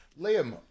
Liam